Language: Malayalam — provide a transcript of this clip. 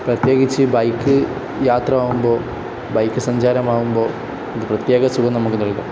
പ്രത്യേകിച്ചു ബൈക്ക് യാത്ര ആവുമ്പോൾ ബൈക്ക് സഞ്ചാരമാവുമ്പോൾ ഇത് പ്രത്യേക സുഖം നമുക്ക് നൽകും